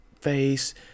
face